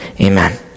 Amen